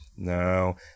No